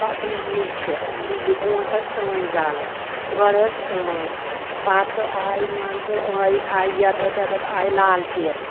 پا بِجلی چھِ بِجلی بروںٛٹھ ٲسۍ ژٲنٛگۍ زالَان گۄڈٕ ٲسۍ ژٲنٛگۍ پَتہٕ آے مان ژٕ ٲے آے آے لالٹیٖن